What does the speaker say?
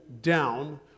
down